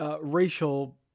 racial